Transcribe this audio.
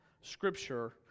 scripture